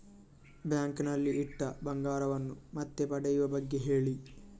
bank ನಲ್ಲಿ ಇಟ್ಟ ಬಂಗಾರವನ್ನು ಮತ್ತೆ ಪಡೆಯುವ ಬಗ್ಗೆ ಹೇಳಿ